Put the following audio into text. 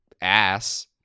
ass